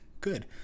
Good